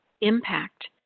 impact